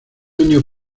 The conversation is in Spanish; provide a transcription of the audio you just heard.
año